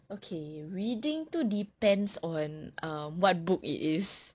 okay reading itu depends on um what book it is